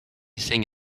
thing